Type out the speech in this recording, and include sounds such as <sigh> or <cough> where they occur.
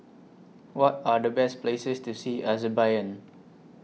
What Are The Best Places to See <unintelligible>